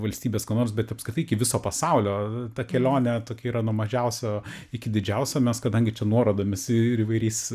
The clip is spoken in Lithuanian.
valstybės ko nors bet apskritai viso pasaulio ta kelionė tokia yra nuo mažiausio iki didžiausio mes kadangi čia nuorodomis ir įvairiais